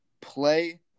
play